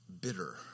bitter